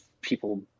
people